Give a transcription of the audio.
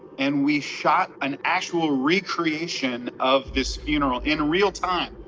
and we shot an actual recreation of this funeral in real time.